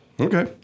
Okay